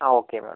ആ okay madam